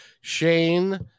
shane